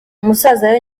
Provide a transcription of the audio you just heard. umusaza